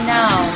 now